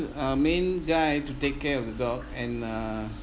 uh main guy to take care of the dog and uh